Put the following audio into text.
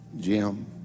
Jim